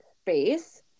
space